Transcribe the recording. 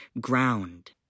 ground